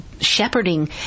shepherding